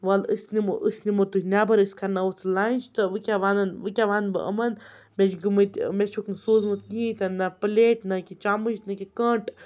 وَلہٕ أسۍ نِمو أسۍ نِمو تُہۍ نیٚبَر أسۍ کَرناوَو ژٕ لنٛچ تہٕ وٕ کیٛاہ وَنَن وٕ کیٛاہ وَنہٕ بہٕ یِمَن مےٚ چھِ گٔمٕتۍ مےٚ چھُکھ نہٕ سوٗزمُت کِہیٖنۍ تہِ نہٕ نہ پٕلیٹ نہ کینٛہہ چَمٕچ نہٕ کینٛہہ کانٹہٕ